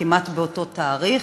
כמעט באותו תאריך,